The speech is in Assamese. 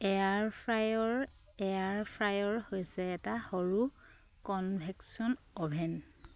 এয়াৰ ফ্ৰায়ৰ এয়াৰ ফ্ৰায়াৰ হৈছে এটা সৰু কনভেকশ্যন অভেন